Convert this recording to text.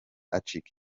acika